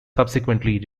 subsequently